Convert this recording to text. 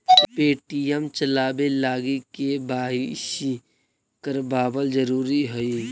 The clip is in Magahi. पे.टी.एम चलाबे लागी के.वाई.सी करबाबल जरूरी हई